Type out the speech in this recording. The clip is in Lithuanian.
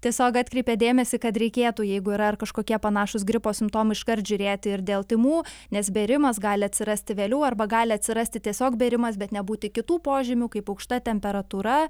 tiesiog atkreipia dėmesį kad reikėtų jeigu yra ar kažkokie panašūs gripo simptomai iškart žiūrėti ir dėl tymų nes bėrimas gali atsirasti vėliau arba gali atsirasti tiesiog bėrimas bet nebūti kitų požymių kaip aukšta temperatūra